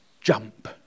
jump